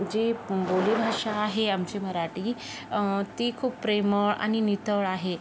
जी बोलीभाषा आहे आमची मराठी ती खूप प्रेमळ आणि नितळ आहे